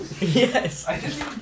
Yes